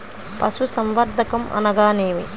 పశుసంవర్ధకం అనగానేమి?